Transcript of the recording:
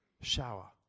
shower